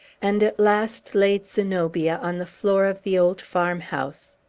and at last laid zenobia on the floor of the old farmhouse.